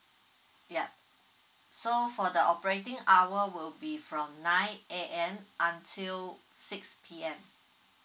ya so for the operating hour will be from nine A_M until six P_M